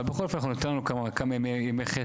אבל בכל אופן אנחנו ניתן לו כמה ימי חסד,